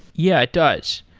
yeah, it does.